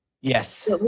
Yes